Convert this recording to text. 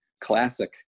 classic